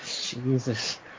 Jesus